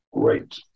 great